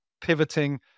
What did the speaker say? pivoting